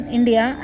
India